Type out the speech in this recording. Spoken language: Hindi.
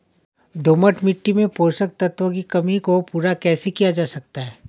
दोमट मिट्टी में पोषक तत्वों की कमी को पूरा कैसे किया जा सकता है?